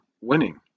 winning